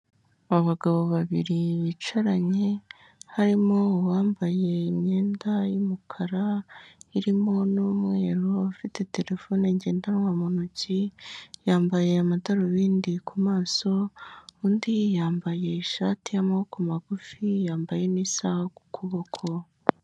Abagabo babiri bicaranye, harimo uwambaye imyenda y'umukara irimo n'umweru ufite terefone ngendanwa mu ntoki, yambaye amadarubindi ku maso, undi yambaye ishati y'amaboko magufi yambaye n'isaha ku kuboko.